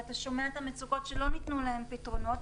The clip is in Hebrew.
ואתה שומע את המצוקות שלא ניתנו להם פתרונות,